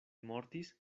mortis